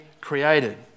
created